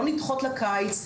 לא נדחות לקיץ.